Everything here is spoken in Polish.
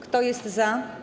Kto jest za?